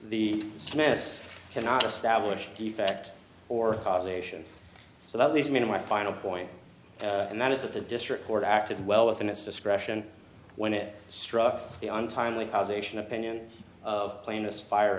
the smiths cannot establish defect or causation so that leads me to my final point and that is that the district court acted well within its discretion when it struck the untimely causation opinion of plainness fire